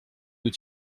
nous